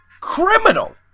criminal